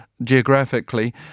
geographically